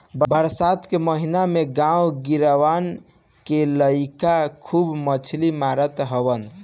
बरसात के महिना में गांव गिरांव के लईका खूब मछरी मारत हवन